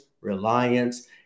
reliance